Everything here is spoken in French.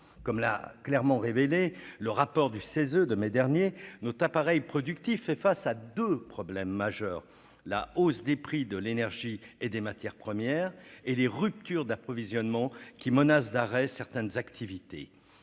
social et environnemental (Cese) de mai dernier, notre appareil productif fait face à deux problèmes majeurs : la hausse des prix de l'énergie et des matières premières et les ruptures d'approvisionnement qui menacent d'arrêt certaines activités.